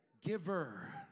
giver